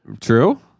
True